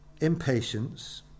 Impatience